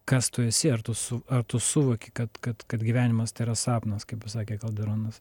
kas tu esi ar tu su ar tu suvoki kad kad kad gyvenimas tai yra sapnas kaip pasakė kalderonas